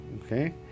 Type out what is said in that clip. Okay